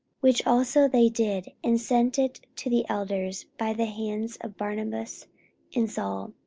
which also they did, and sent it to the elders by the hands of barnabas and saul.